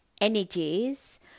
energies